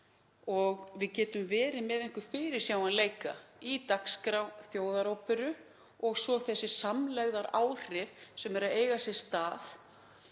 og við getum verið með einhvern fyrirsjáanleika í dagskrá Þjóðaróperu, og svo þessi samlegðaráhrif sem eru að eiga sér stað.